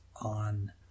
on